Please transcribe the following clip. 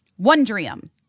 Wondrium